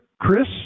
Chris